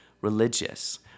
religious